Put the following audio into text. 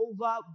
over